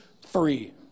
free